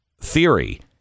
theory